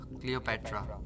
Cleopatra